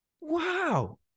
wow